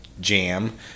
jam